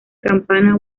campana